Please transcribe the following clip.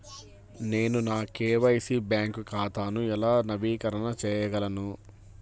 నేను నా KYC bank ఖాతాను ఎలా నవీకరణ చేయగలను?